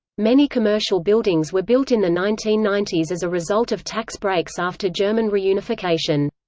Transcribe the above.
many commercial buildings were built in the nineteen ninety s as a result of tax breaks after german reunification.